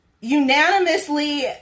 unanimously